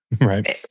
right